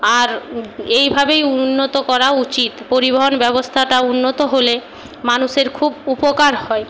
আর এই ভাবেই উন্নত করা উচিত পরিবহন ব্যবস্থাটা উন্নত হলে মানুষের খুব উপকার হয়